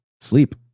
sleep